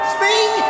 Spring